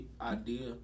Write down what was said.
idea